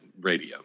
radio